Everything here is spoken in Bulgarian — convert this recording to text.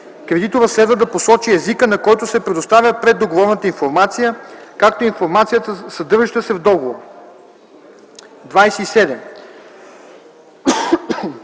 кредиторът следва да посочи езика, на който се предоставя преддоговорната информация, както и информацията, съдържаща се в договора. 27.